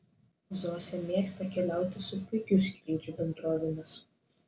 zosė mėgsta keliauti su pigių skrydžių bendrovėmis